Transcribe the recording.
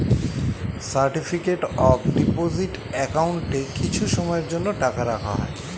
certificate of deposit অ্যাকাউন্টে কিছু সময়ের জন্য টাকা রাখা হয়